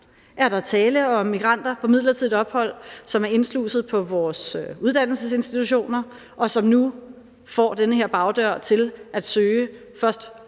Er der tale om migranter på midlertidigt ophold, som er indsluset på vores uddannelsesinstitutioner, og som nu får den her bagdør til at søge først